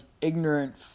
ignorant